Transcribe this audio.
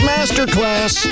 Masterclass